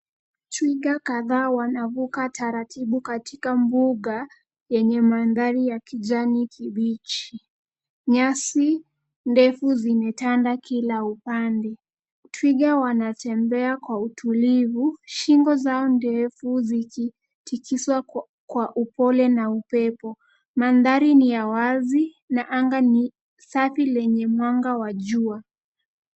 Twiga kadhaa wanavuka taratibu katika mbuga yenye mandhari ya kijani kibichi. Nyasi ndefu zimetanda kila upande. Twiga wanatembea kwa utulivu. Shingo zao ndefu zikitikiswa kwa upole na upepo. Mandhari ni ya wazi na anga ni safi lenye mwanga wa jua.